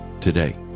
Today